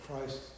Christ